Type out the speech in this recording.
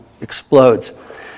explodes